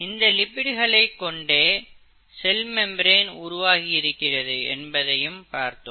இந்த லிப்பிடுகளைக் கொண்டே செல் மெம்பிரேன் உருவாகி இருக்கிறது என்பதையும் பார்த்தோம்